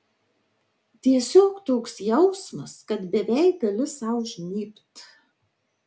tiesiog toks jausmas kad beveik gali sau žnybt